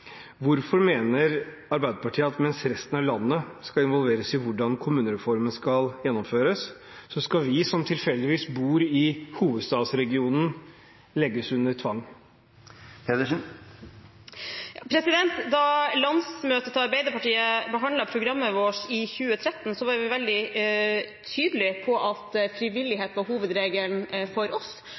Hvorfor mener Arbeiderpartiet at mens resten av landet skal involveres i hvordan kommunereformen skal gjennomføres, skal vi som tilfeldigvis bor i hovedstadsregionen, legges under tvang? Da Arbeiderpartiets landsmøte behandlet programmet vårt i 2013, var vi veldig tydelige på at frivillighet var hovedregelen for oss,